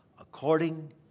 according